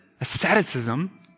asceticism